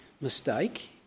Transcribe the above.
mistake